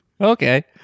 okay